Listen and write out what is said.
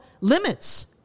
limits